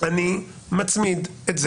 אני מצמיד את זה.